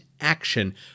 action